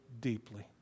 deeply